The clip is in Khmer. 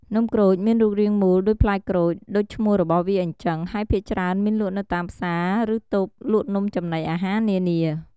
នំក្រូចមានរូបរាងមូលដូចផ្លែក្រូចដូចឈ្មោះរបស់វាអញ្ជឹង ហើយភាគច្រើនមានលក់នៅតាមផ្សារ ឬតូបលក់នំចំណីអាហារនានា។